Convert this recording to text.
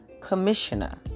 commissioner